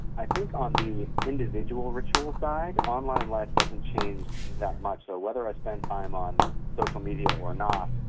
i think on the individual rituals side, online life doesn't change that much. so whether i spend time on social media or not,